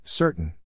Certain